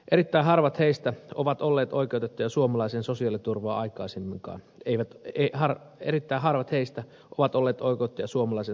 erittäin harvat heistä ovat olleet oikeutettuja suomalaiseen sosiaaliturvaan aikaisemminkaan eivät vitara erittää haluat heistä ovat olleet oikut ja suomalaisen